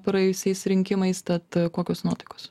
praėjusiais rinkimais tad kokios nuotaikos